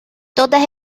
toda